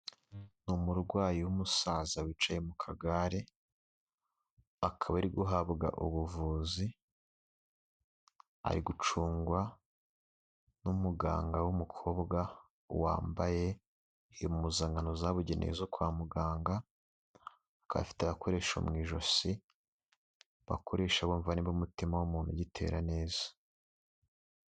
Ni umurwayi w'umusaza wicaye mu kagare, akaba ari guhabwa ubuvuzi, ari gucungwa n'umuganga w'umukobwa, wambaye impuzankano zabugenewe zo kwa muganga, akaba afite agakoresho mu ijosi, bakoresha bumva niba umutima w'umuntu ugitera neza.